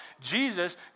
Jesus